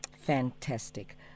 Fantastic